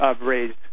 raised